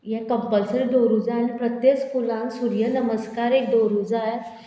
हे कंपलसरी दवरूं जाय आनी प्रत्येक स्कुलान सुर्य नमस्कार एक दवरूं जाय